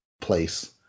place